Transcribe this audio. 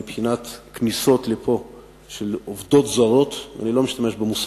מבחינת כניסות של עובדות זרות לפה,